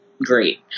great